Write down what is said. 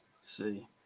see